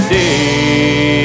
day